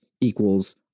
equals